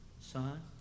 Son